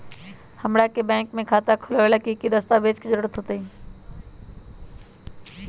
हमरा के बैंक में खाता खोलबाबे ला की की दस्तावेज के जरूरत होतई?